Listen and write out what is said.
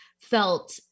felt